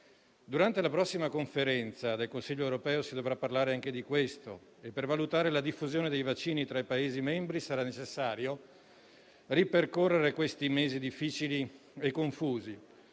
Durante la prossima conferenza del Consiglio europeo, si dovrà parlare anche di questo. E, per valutare la diffusione dei vaccini tra i Paesi membri, sarà necessario ripercorrere i mesi difficili e confusi